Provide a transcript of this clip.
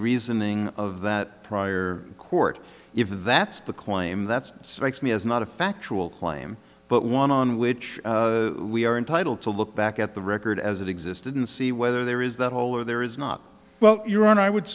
reasoning of that prior court if that's the claim that's me is not a factual claim but one on which we are entitled to look back at the record as it existed and see whether there is that hole or there is not well your honor i would